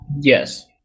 yes